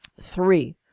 Three